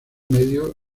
medio